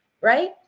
right